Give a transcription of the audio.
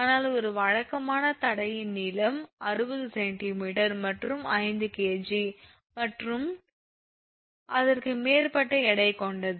ஆனால் ஒரு வழக்கமான தடையின் நீளம் 60 𝑐𝑚 மற்றும் 5 𝐾𝑔 அல்லது அதற்கு மேற்பட்ட எடை கொண்டது